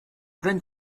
pleine